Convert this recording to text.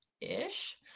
ish